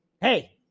hey